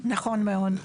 נכון מאוד.